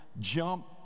jump